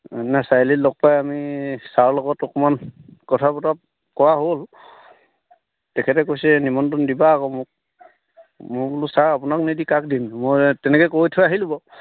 সেইদিনা চাৰিআলিত লগ পাই আমি ছাৰ লগত অকণমান কথা বতৰা কৰা হ'ল তেখেতে কৈছে নিমন্ত্ৰণ দিবা আকৌ মোক মই বোলো ছাৰ আপোনাক নিদি কাক দিম মই তেনেকৈ কৈ থৈ আহিলোঁ বাৰু